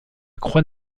croix